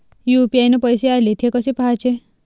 UPI न पैसे आले, थे कसे पाहाचे?